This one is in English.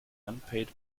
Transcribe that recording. unpaid